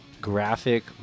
graphic